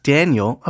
Daniel